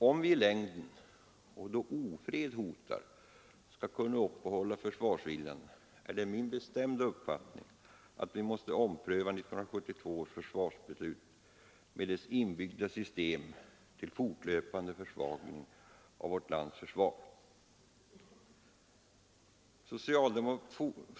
Om vi i längden och då ofred hotar skall kunna uppehålla försvarsviljan är det min bestämda uppfattning att vi måste ompröva 1972 års försvarsbeslut med dess inbyggda system till fortlöpande försvagning av vårt lands försvar.